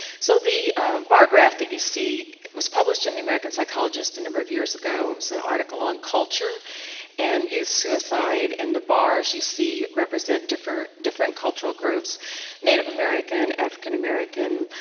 so, the bar graph that you see was published in the american psychologist a number of years ago. it was an article on culture and youth suicide, and the bars you see represent different different cultural groups native american, african-american,